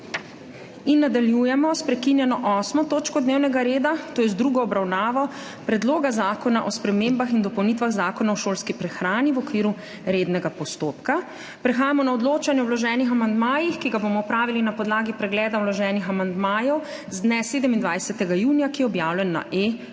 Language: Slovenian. Nadaljujemo s prekinjeno 8. točko dnevnega reda – druga obravnava Predloga zakona o spremembah in dopolnitvah Zakona o šolski prehrani v okviru rednega postopka. Prehajamo na odločanje o vloženih amandmajih, ki ga bomo opravili na podlagi pregleda vloženih amandmajev z dne 27. junija, ki je objavljen na